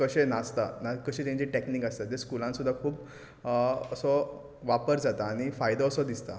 कशे नाचता कशी तांची टेकनीक आसता सद्द्या स्कुलान खूब असो वापर जाता आनी फायदो असो दिसता